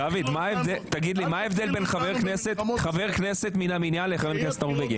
מה ההבדל בין חבר כנסת מן המניין לבין חבר כנסת נורבגי?